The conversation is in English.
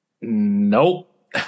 Nope